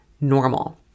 normal